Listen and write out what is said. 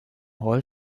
hall